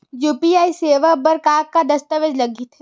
UPI सेवा बर का का दस्तावेज लगथे?